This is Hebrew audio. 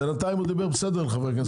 בינתיים הוא דיבר בסדר לחברי כנסת.